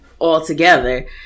altogether